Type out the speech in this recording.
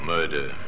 Murder